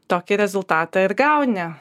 tokį rezultatą ir gauni